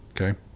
Okay